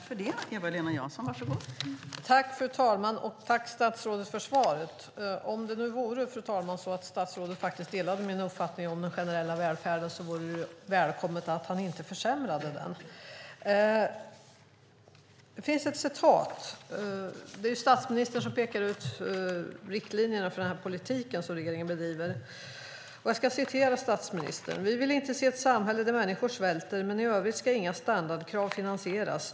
Fru talman! Jag tackar statsrådet för svaret. Om det nu vore så att statsrådet delade min uppfattning om den generella välfärden, fru talman, vore det välkommet att han inte försämrade den. Det finns ett citat där statsministern pekar ut riktlinjerna för den politik som regeringen bedriver. Han säger: "Vi vill inte se ett samhälle där människor svälter, men i övrigt skall inga standardkrav finansieras.